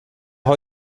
har